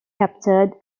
captured